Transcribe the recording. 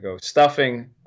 stuffing